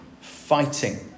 fighting